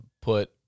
put